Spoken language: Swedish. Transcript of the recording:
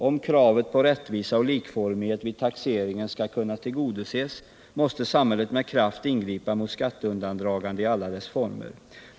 Om kravet på rättvisa och likformighet vid taxeringen skall kunna tillgodoses måste samhället med kraft ingripa mot skatteundandragande i alla former.